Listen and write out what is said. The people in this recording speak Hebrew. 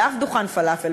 באף דוכן פלאפל.